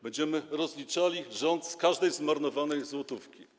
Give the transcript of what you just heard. Będziemy rozliczali rząd z każdej zmarnowanej złotówki.